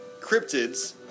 cryptids